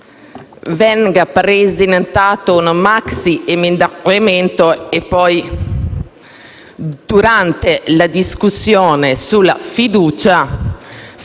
venga presentato un maxiemendamento e poi, durante la discussione sulla fiducia,